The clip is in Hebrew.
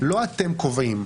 לא אתם קובעים,